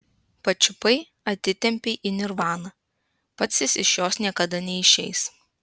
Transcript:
pačiupai atitempei į nirvaną pats jis iš jos niekada neišeis